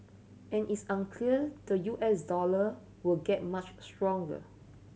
and it's unclear the U S dollar will get much stronger